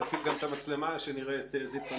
מהתפקיד שלך אני לא מבין אם אתה זה שאחראי על המעבדות